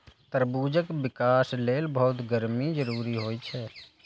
तरबूजक विकास लेल बहुत गर्मी जरूरी होइ छै